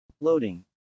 Loading